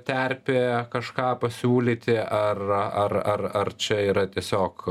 terpė kažką pasiūlyti ar ar ar ar čia yra tiesiog